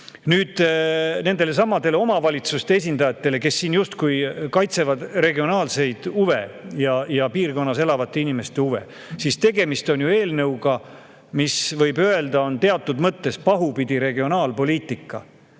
Nüüd, nendelesamadele omavalitsuste esindajatele, kes siin justkui kaitsevad regionaalseid huve ja eri piirkondades elavate inimeste huve, ütlen ma: tegemist on eelnõuga, mis on teatud mõttes pahupidi regionaalpoliitika.